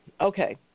Okay